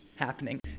happening